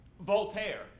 Voltaire